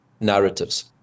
narratives